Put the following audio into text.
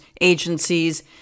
agencies